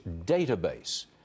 database